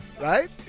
right